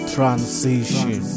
Transition